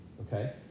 okay